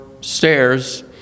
stairs